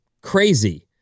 crazy